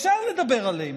אפשר לדבר עליהם.